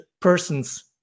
persons